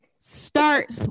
Start